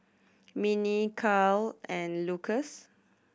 Minnie Carlyle and Lukas